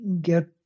get